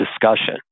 discussion